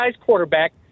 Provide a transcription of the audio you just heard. quarterback